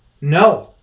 no